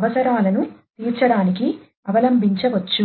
అవసరాలను తీర్చడానికి అవలంబించవచ్చు